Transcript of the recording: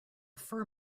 fur